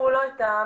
אתה נמצא איתנו?